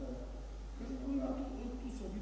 Hvala vam